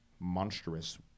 monstrous